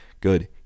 Good